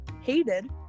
hated